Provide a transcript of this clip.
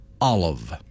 Olive